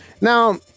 Now